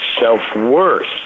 self-worth